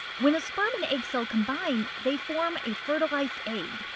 when a sperm and egg cell combine, they form a fertilized egg,